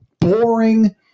boring